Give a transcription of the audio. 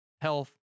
health